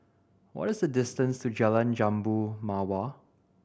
what is the distance to Jalan Jambu Mawar